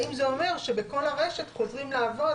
האם זה אומר שבכל הרשת חוזרים לעבוד,